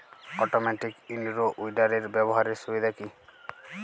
Automatic in row উইডারের ব্যবহারের সুবিধা কি?